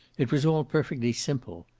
it was all perfectly simple.